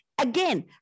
Again